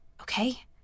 Okay